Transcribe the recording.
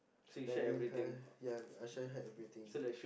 like made her ya I share with her everything